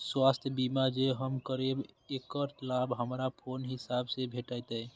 स्वास्थ्य बीमा जे हम करेब ऐकर लाभ हमरा कोन हिसाब से भेटतै?